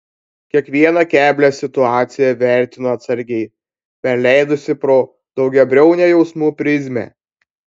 kiekvieną keblią situaciją vertino atsargiai perleidusi pro daugiabriaunę jausmų prizmę